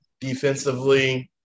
defensively